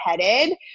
headed